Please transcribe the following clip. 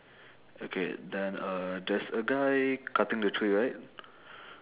okay then uh there's a guy cutting the tree right